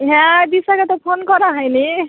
হ্যাঁ দিশাকে তো ফোন করা হয় নি